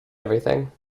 everything